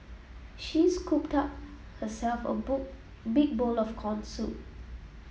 she scooped up herself a big bowl of corn soup